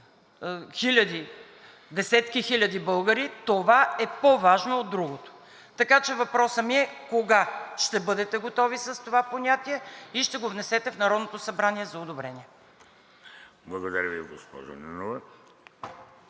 хиляди – десетки хиляди българи, това е по важно от другото, така че въпросът ми е кога ще бъдете готови с това понятие и ще го внесете в Народното събрание за одобрение? ПРЕДСЕДАТЕЛ ВЕЖДИ